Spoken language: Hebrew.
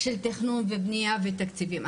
של תכנון, בנייה ותקציבים.